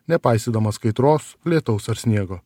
nepaisydamas kaitros lietaus ar sniego